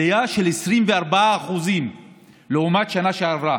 עלייה של 24% לעומת השנה שעברה,